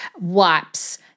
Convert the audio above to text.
wipes